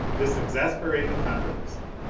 this exasperating controversy!